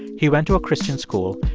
he went to a christian school,